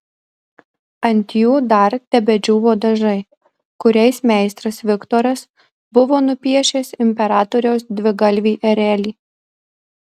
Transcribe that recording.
ant jų dar tebedžiūvo dažai kuriais meistras viktoras buvo nupiešęs imperatoriaus dvigalvį erelį